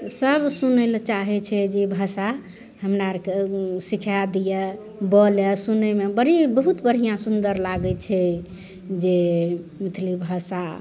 सब सुनै लए चाहै छै जे भाषा हमरा आरके सिखाए दिया बोलए सुनैमे बड़ी बहुत बढिऑं सुन्दर लागै छै जे मैथिली भाषा